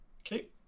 okay